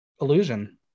illusion